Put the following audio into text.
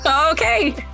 Okay